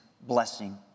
blessing